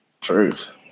Truth